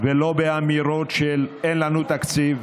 ולא באמירות של "אין לנו תקציב",